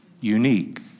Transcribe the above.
unique